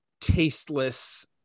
tasteless